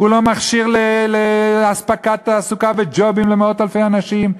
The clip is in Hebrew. הוא לא מכשיר לאספקת תעסוקה וג'ובים למאות אלפי אנשים.